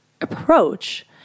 approach